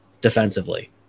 defensively